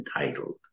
entitled